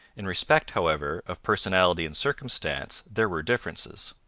in respect, however, of personality and circumstance there were differences.